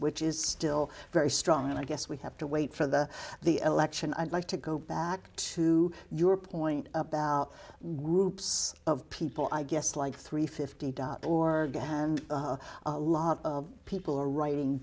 which is still very strong and i guess we have to wait for the the election i'd like to go back to your point about groups of people i guess like three fifty or and a lot of people are writing